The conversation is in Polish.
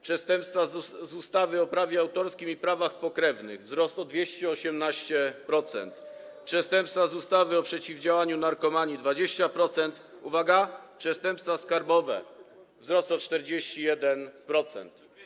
Przestępstwa z ustawy o prawie autorskim i prawach pokrewnych - wzrost o 218%, przestępstwa z ustawy o przeciwdziałaniu narkomanii - 20%, uwaga, przestępstwa skarbowe - wzrost o 41%.